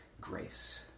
grace